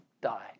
die